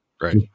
Right